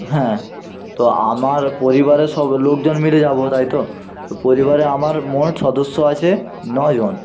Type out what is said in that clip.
হ্যাঁ তো আমার পরিবারের সব লোকজন মিলে যাব তাই তো তো পরিবারে আমার মোট সদস্য আছে ন জন